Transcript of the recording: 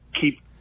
Keep